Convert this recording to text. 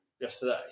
yesterday